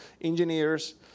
engineers